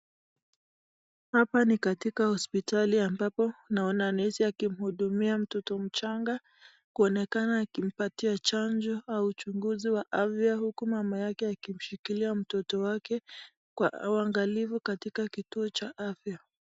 Hapa ni katika hosipitali ambapo naona nesi akimuhudumia mtoto mchanga. Kuonekana akimpatia chanjo au uchunguzi wa afya huku mama yake akimshikilia mtoto wake kwa uangalifu katika kituo cha afya.